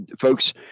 folks